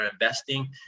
investing